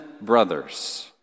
brothers